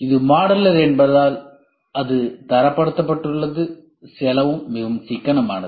இது மாடுலர் என்பதால் அது தரப்படுத்தப்பட்டுள்ளது செலவு மிகவும் சிக்கனமானது